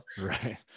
right